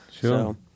sure